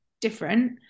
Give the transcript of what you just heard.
different